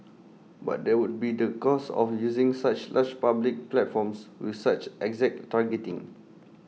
but there would be the cost of using such large public platforms with such exact targeting